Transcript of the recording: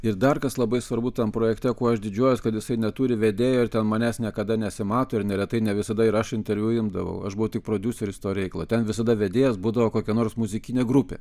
ir dar kas labai svarbu tam projekte kuo aš didžiuojuos kad jisai neturi vedėjo ir ten manęs niekada nesimato ir neretai ne visada ir aš interviu imdavau aš buvau tik prodiuseris to reikalo ten visada vedėjas būdavo kokia nors muzikinė grupė